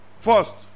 First